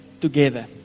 together